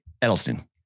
Edelstein